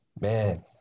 Man